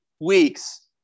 weeks